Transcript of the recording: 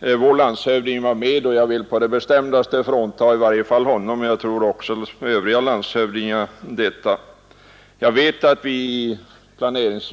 Jag vill på det bestämdaste frita i varje fall vår landshövding, och jag tror att jag kan göra detsamma beträffande de övriga landshövdingarna.